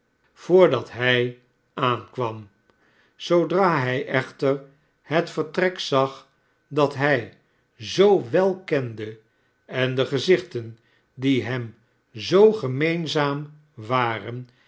voordat hij aankwam zoodra hij echter het vertrek zag dat hij zoo wel kende en de gezichten die hem zoo gemeenzaam waren